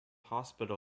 hospital